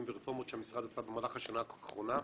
ורפורמות שהמשרד עשה במהלך השנה האחרונה,